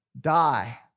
die